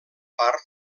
part